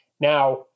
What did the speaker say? Now